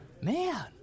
man